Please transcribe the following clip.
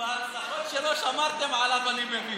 עם ההצלחות שלו שמרתם עליו, אני מבין.